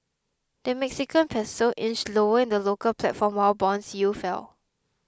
the Mexican Peso inched lower in the local platform while bond yields fell